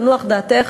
תנוח דעתך,